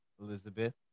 Elizabeth